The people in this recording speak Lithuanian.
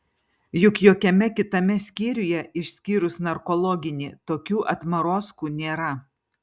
juk jokiame kitame skyriuje išskyrus narkologinį tokių atmarozkų nėra